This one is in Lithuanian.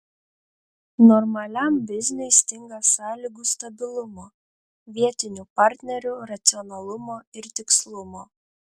normaliam bizniui stinga sąlygų stabilumo vietinių partnerių racionalumo ir tikslumo